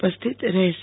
ઉપસ્થિત રહશે